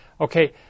Okay